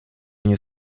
nie